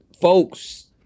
folks